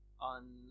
on